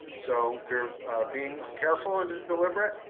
so we're being careful and deliberate,